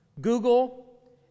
Google